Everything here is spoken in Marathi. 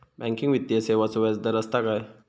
बँकिंग वित्तीय सेवाचो व्याजदर असता काय?